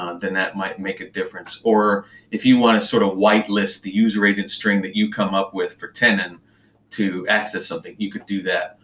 ah then that might make a difference. if you want to sort of white list the user agent string that you come up with for tenon to access something, you could do that.